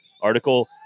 article